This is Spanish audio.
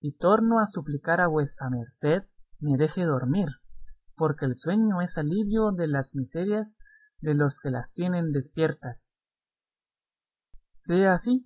y torno a suplicar a vuesa merced me deje dormir porque el sueño es alivio de las miserias de los que las tienen despiertas sea así